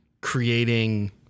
creating